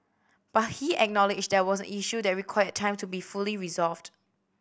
but he acknowledged there were issue that require time to be fully resolved